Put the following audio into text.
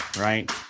right